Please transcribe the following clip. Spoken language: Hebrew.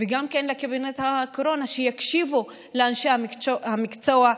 וגם לקבינט הקורונה שיקשיבו לאנשי המקצוע,